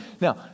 Now